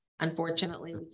Unfortunately